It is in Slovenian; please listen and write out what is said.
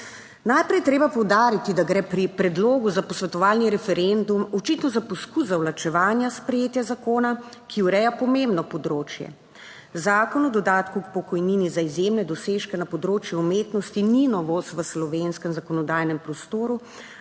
Najprej je treba poudariti, da gre pri predlogu za posvetovalni referendum očitno za poskus zavlačevanja sprejetja zakona, ki ureja pomembno področje. Zakon o dodatku k pokojnini za izjemne dosežke na področju umetnosti, ni novost v slovenskem zakonodajnem prostoru,